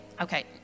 okay